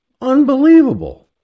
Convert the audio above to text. Unbelievable